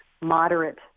moderate